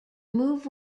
move